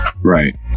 Right